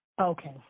Okay